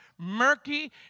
murky